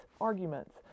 arguments